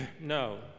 no